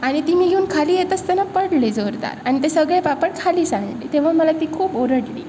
आणि ती मी घेऊन खाली येत असताना पडली जोरदार आणि ते सगळे पापड खाली सांडले तेव्हा मला ती खूप ओरडली